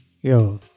Yo